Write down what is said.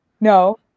No